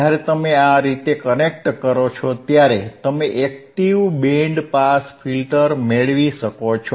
જ્યારે તમે આ રીતે કનેક્ટ કરો છો ત્યારે તમે એક્ટીવ બેન્ડ પાસ ફિલ્ટર મેળવી શકો છો